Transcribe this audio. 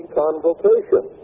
convocation